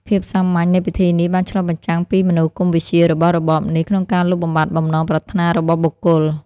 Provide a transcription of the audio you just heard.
ភាពសាមញ្ញនៃពិធីនេះបានឆ្លុះបញ្ចាំងពីមនោគមវិជ្ជារបស់របបនេះក្នុងការលុបបំបាត់បំណងប្រាថ្នារបស់បុគ្គល។